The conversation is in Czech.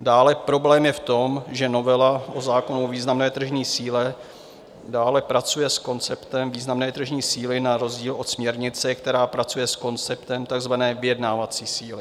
Dále problém je v tom, že novela zákona o významné tržní síle dále pracuje s konceptem významné tržní síly na rozdíl od směrnice, která pracuje s konceptem takzvané vyjednávací síly.